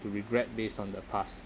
to regret based on the past